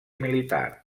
militar